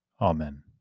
Amen